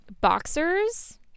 Boxers